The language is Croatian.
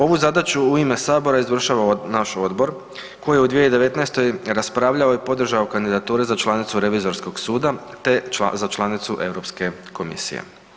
Ovu zadaću u ime sabora izvršava naš odbor koji je u 2019.-toj raspravljao i podržao kandidature za članicu Revizorskog suda te za članicu Europske komisije.